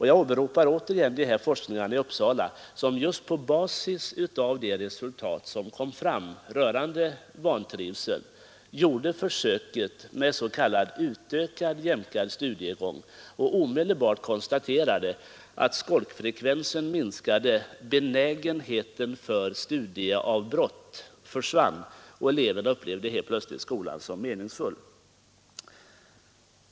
Jag åberopar återigen forskningarna i Uppsala, som just på basis av de resultat som kom fram rörande vantrivsel gjorde försöket med s.k. utökad jämkad studiegång och omedelbart konstaterade att skolkfrekvensen minskade och benägenheten för studieavbrott försvann. Eleverna upplevde plötsligt skolan som meningsfull.